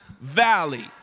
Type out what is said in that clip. valley